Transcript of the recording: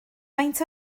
faint